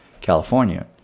California